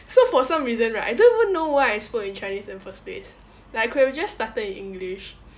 so for some reason right I don't even know why I spoke in chinese in the first place like I could have just started in english